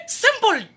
simple